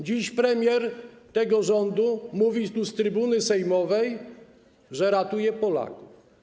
Dziś premier tego rządu mówi z trybuny sejmowej, że ratuje Polaków.